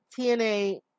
TNA